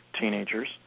teenagers